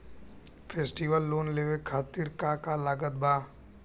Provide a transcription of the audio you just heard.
Festival loan लेवे खातिर का का लागत बा?